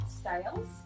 styles